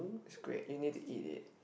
it's great you need to eat it